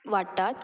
वाडटात